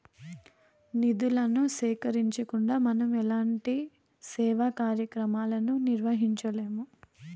నిధులను సేకరించకుండా మనం ఎలాంటి సేవా కార్యక్రమాలను నిర్వహించలేము